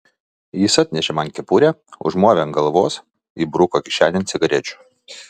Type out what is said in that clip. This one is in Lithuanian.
jis atnešė man kepurę užmovė ant galvos įbruko kišenėn cigarečių